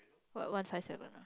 what one five seven ah